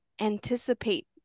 anticipate